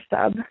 sub